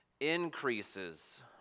increases